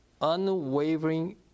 unwavering